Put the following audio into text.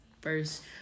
first